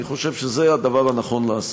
אני חושב שזה הדבר הנכון לעשות.